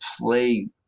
play